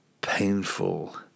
painful